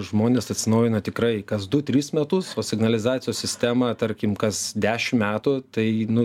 žmonės atsinaujina tikrai kas du tris metus o signalizacijos sistemą tarkim kas dešim metų tai nu